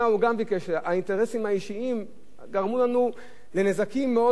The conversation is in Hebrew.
האינטרסים האישיים גרמו לנו נזקים מאוד מאוד גדולים.